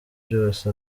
byose